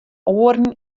oaren